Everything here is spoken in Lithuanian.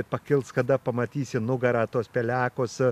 pakils kada pamatysi nugarą tuos pelekus